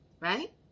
Right